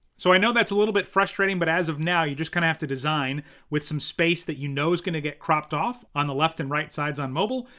so i know that's a little bit frustrating, but as of now, you just kinda have to design with some space that you know is gonna get cropped off on the left and right sides on mobile,